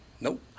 Nope